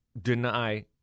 deny